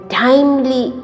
timely